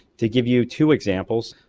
to give you two examples,